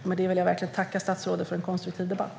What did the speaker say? Med det vill jag tacka statsrådet för en konstruktiv debatt.